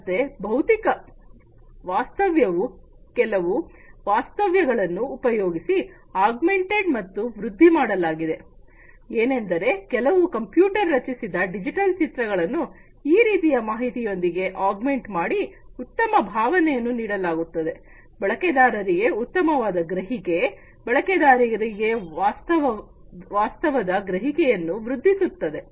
ಮತ್ತೆ ಭೌತಿಕ ವಾಸ್ತವ್ಯವು ಕೆಲವು ವಾಸ್ತವ್ಯ ಗಳನ್ನು ಉಪಯೋಗಿಸಿ ಆಗ್ಮೆಂಟ್ ಅಥವಾ ವೃದ್ಧಿ ಮಾಡಲಾಗಿದೆ ಏನೆಂದರೆ ಕೆಲವು ಕಂಪ್ಯೂಟರ್ ರಚಿಸಿದ ಡಿಜಿಟಲ್ ಚಿತ್ರಗಳನ್ನು ಆ ರೀತಿಯ ಮಾಹಿತಿಯೊಂದಿಗೆ ಆಗ್ಮೆಂಟ್ ಮಾಡಿ ಉತ್ತಮ ಭಾವನೆಯನ್ನು ನೀಡಲಾಗುತ್ತದೆ ಬಳಕೆದಾರರಿಗೆ ಉತ್ತಮವಾದ ಗ್ರಹಿಕೆ ಬಳಕೆದಾರರಿಗೆ ವಾಸ್ತವದ ಗ್ರಹಿಕೆಯನ್ನು ವೃದ್ಧಿಸುತ್ತದೆ